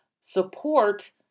support